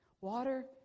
Water